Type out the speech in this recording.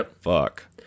fuck